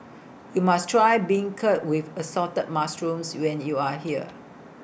YOU must Try Beancurd with Assorted Mushrooms when YOU Are here